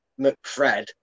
McFred